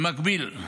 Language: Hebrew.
במקביל,